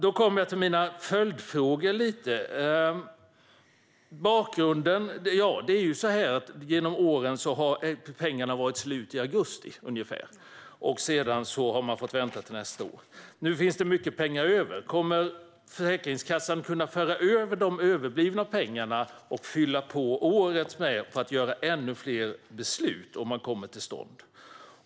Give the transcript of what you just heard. Då kommer jag till mina följdfrågor. Genom åren har pengarna varit slut i augusti, och efter det har man fått vänta till nästa år. Nu finns det mycket pengar över. Kommer Försäkringskassan att kunna föra över de överblivna pengarna och fylla på året med för att fatta ännu fler beslut, om de kommer till stånd?